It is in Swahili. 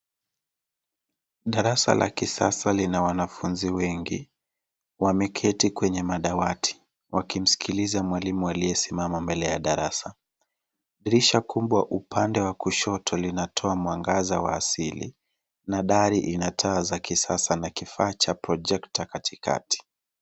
Darasa la kisasa lina wanafunzi wengi, wameketi kwenye madawati, wakimsikiliza mwalimu aliyesimama mbele ya darasa. Dirisha kubwa upande wa kushoto linatoa mwangaza wa asili na dari ina taa za kisasa na kifaa cha projekta katikati.